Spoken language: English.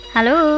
Hello